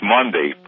Monday